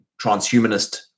transhumanist